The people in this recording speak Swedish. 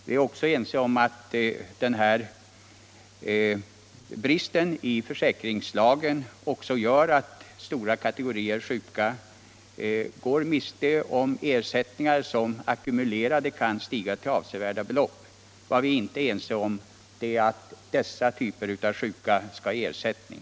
Vi är likaså ense om att denna brist i försäkringslagen gör att stora kategorier sjuka människor går miste om ersättningar som ackumulerade kan stiga till avsevärda belopp. Vad vi inte är ense om är att dessa typer av sjuka skall ha ersättning.